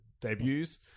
debuts